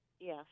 yes